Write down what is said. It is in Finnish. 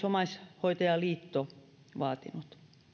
omaishoitajaliitto vaatinut